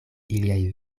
iliaj